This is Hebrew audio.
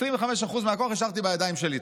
ו-25% מהכוח השארתי בידיים שלי.